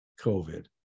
COVID